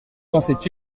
pensaient